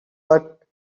but